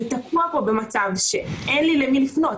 אני תקוע פה במצב שאין לי למי לפנות.